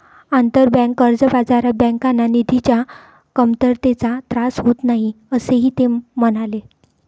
आंतरबँक कर्ज बाजारात बँकांना निधीच्या कमतरतेचा त्रास होत नाही, असेही ते म्हणाले